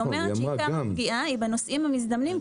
הפגיעה היא בנוסעים המזדמנים,